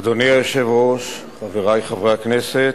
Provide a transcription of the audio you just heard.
אדוני היושב-ראש, חברי חברי הכנסת,